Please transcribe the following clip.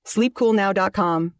Sleepcoolnow.com